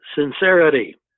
sincerity